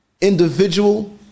individual